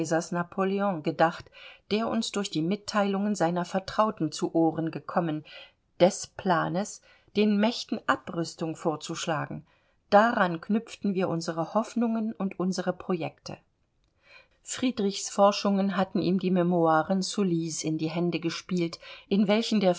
napoleon gedacht der uns durch die mitteilungen seiner vertrauten zu ohren gekommen des planes den mächten abrüstung vorzuschlagen daran knüpften wir unsere hoffnungen und unsere projekte friedrichs forschungen hatten ihm die memoiren sullys in die hände gespielt in welchen der